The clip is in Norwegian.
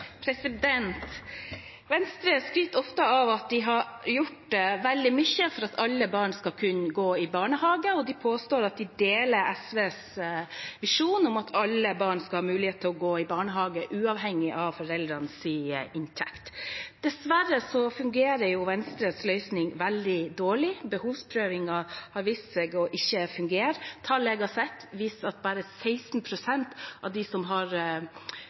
framover. Venstre skryter ofte av at de har gjort veldig mye for at alle barn skal kunne gå i barnehage, og de påstår at de deler SVs visjon om at alle barn skal ha mulighet til å gå i barnehage uavhengig av foreldrenes inntekt. Dessverre fungerer Venstres løsning veldig dårlig. Behovsprøvingen har vist seg å ikke fungere. Tall jeg har sett, viser at bare 16 pst. av de som har